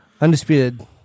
Undisputed